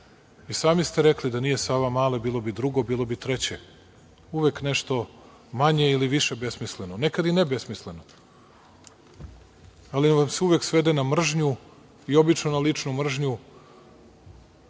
sami ste rekli – da nije Savamale, bilo bi drugo, bilo bi treće. Uvek nešto manje ili više besmisleno, nekad i ne besmisleno, ali vam se uvek svede na mržnju i obično na ličnu mržnju